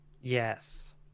Yes